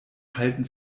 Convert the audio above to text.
halten